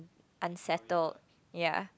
unsettled ya